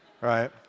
right